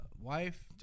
Wife